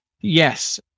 Yes